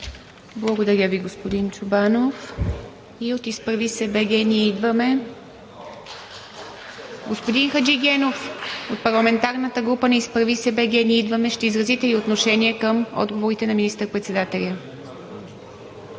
Благодаря Ви, господин Чобанов. От „Изправи се БГ! Ние идваме!“? Господин Хаджигенов, от парламентарната група на „Изправи се БГ! Ние идваме!“ ще изразите ли отношение към отговорите на министър-председателя?